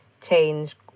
change